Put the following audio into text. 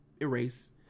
erase